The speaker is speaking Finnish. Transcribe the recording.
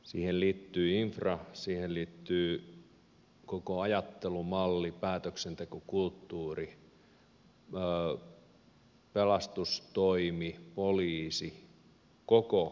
siihen liittyy infra siihen liittyy koko ajattelumalli päätöksentekokulttuuri pelastustoimi poliisi koko yhteiskunta